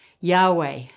Yahweh